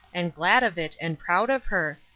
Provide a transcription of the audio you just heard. and glad of it and proud of her,